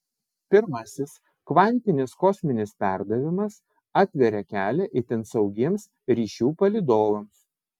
pirmasis kvantinis kosminis perdavimas atveria kelią itin saugiems ryšių palydovams